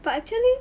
but actually